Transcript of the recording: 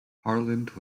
harland